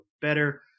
better